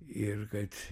ir kad